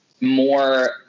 More